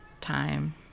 time